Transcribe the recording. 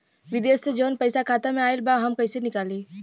विदेश से जवन पैसा खाता में आईल बा हम कईसे निकाली?